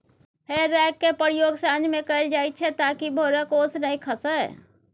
हे रैक केर प्रयोग साँझ मे कएल जाइत छै ताकि भोरक ओस नहि खसय